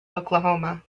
oklahoma